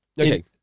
Okay